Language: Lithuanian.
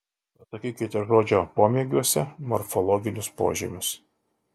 pasakykite žodžio pomėgiuose morfologinius požymius